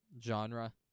genre